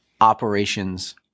operations